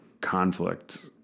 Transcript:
conflict